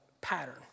pattern